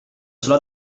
sulla